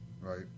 Right